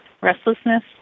restlessness